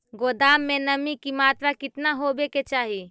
गोदाम मे नमी की मात्रा कितना होबे के चाही?